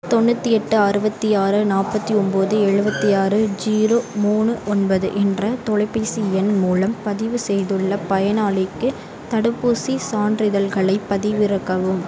தொண்ணூற்றி எட்டு அறுபத்தி ஆறு நாற்பத்தி ஒன்போது எழுபத்தி ஆறு ஜீரோ மூணு ஒன்பது என்ற தொலைபேசி எண் மூலம் பதிவு செய்துள்ள பயனாளிக்கு தடுப்பூசிச் சான்றிதழ்களைப் பதிவிறக்கவும்